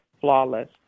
flawless